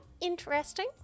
Interesting